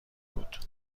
بود